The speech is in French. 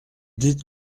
dites